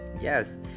yes